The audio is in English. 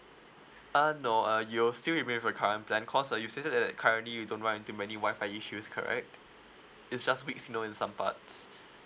uh no uh you'll still remain with your current plan cause uh you said that that currently you don't want too many WI-FI issues correct it's just weak signals in some parts